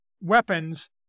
weapons